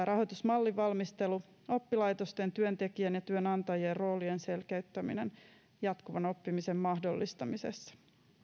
rahoitusmallin valmistelu sekä oppilaitosten työntekijän ja työnantajien roolien selkeyttäminen jatkuvan oppimisen mahdollistamisessa